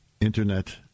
Internet